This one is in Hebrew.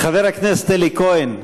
חבר הכנסת אלי כהן.